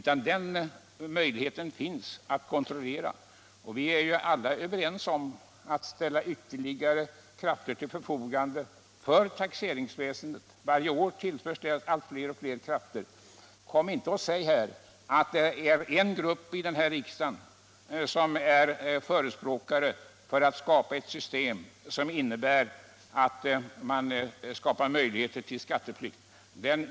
Kontrollmöjligheter finns, och vi är alla överens om att ställa ytterligare krafter till förfogande för taxeringsväsendet. Varje år tillförs taxeringsväsendet allt fler tjänster. Kom inte och säg att en grupp i riksdagen är förespråkare för ett system som skapar möjligheter till skatteflykt!